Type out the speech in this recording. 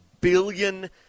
billion